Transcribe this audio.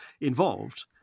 involved